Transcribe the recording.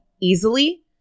easily